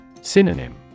Synonym